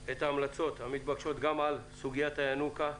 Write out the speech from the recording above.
את ההמלצות המתבקשות גם על סוגיית הינוקא,